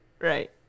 Right